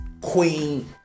queen